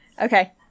Okay